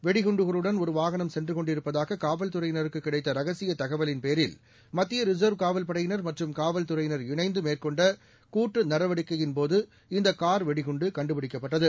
வெடிகுண்டுகளுடன் ஒருவாகனம் பேரில் சென்றுகொண்டிருப்பதாககாவல்துறையினருக்குகிடைத்தரகசியதகவலின் மத்தியரிசர்வ் காவல் படையினர் மற்றும் காவல்துறையினர் இணைந்தமேற்கொண்டகூட்டுநடவடிக்கையின் போது இந்தகார் வெடிகுண்டுபிடிக்கப்பட்டது